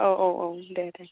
औ औ औ दे दे